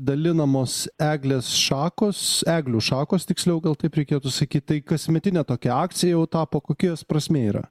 dalinamos eglės šakos eglių šakos tiksliau gal taip reikėtų saky tai kasmetinė tokia akcija jau tapo kokia jos prasmė yra